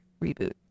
reboot